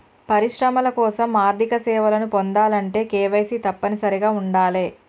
పరిశ్రమల కోసం ఆర్థిక సేవలను పొందాలంటే కేవైసీ తప్పనిసరిగా ఉండాలే